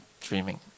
dreaming